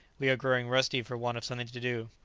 we are growing rusty for want of something to do.